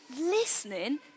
listening